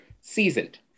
Seasoned